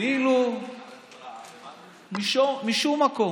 כאילו משום מקום.